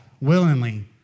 willingly